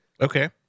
okay